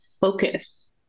focus